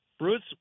Bruce